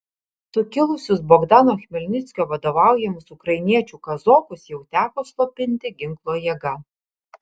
sukilusius bogdano chmelnickio vadovaujamus ukrainiečių kazokus jau teko slopinti ginklo jėga